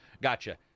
gotcha